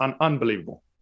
unbelievable